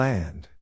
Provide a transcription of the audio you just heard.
Land